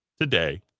today